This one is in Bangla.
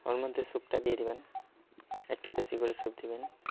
ওর মধ্যে স্যুপটা দিয়ে দিবেন একটু বেশি করে স্যুপ দিবেন